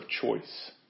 choice